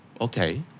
Okay